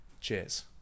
Cheers